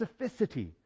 specificity